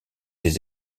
des